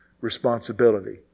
responsibility